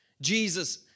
Jesus